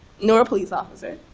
nor a police officer,